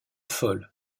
folle